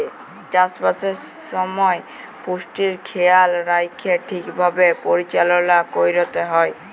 চাষবাসের সময় পুষ্টির খেয়াল রাইখ্যে ঠিকভাবে পরিচাললা ক্যইরতে হ্যয়